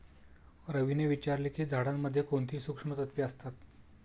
रवीने विचारले की झाडांमध्ये कोणती सूक्ष्म तत्वे असतात?